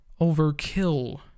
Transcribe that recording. Overkill